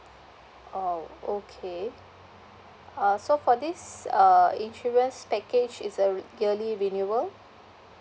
oh okay uh so for this uh insurance package is a yearly renewal